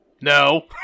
No